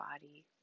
body